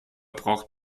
braucht